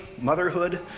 motherhood